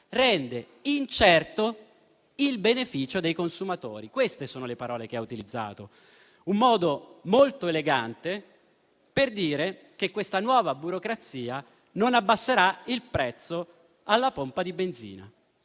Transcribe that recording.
rende incerto il beneficio dei consumatori. Queste sono le parole che sono state utilizzate: un modo molto elegante per dire che la nuova burocrazia non abbasserà il prezzo alla pompa di benzina.